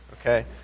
okay